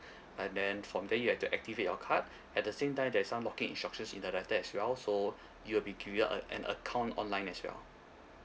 and then from there you have to activate your card at the same time there's some login instructions in the letter as well so you'll be given an account online as well